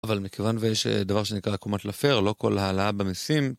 אבל מכיוון ויש דבר שנקרא קומת לפר, לא כל העלאה במיסים.